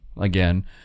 again